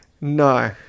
No